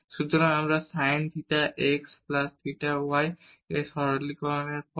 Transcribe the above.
সুতরাং আমরা sin theta x plus theta y এবং সরলীকরণের পরে